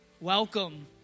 welcome